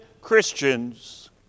Christians